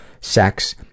sex